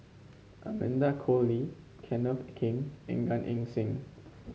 Amanda Koe Lee Kenneth Keng and Gan Eng Seng